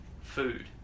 food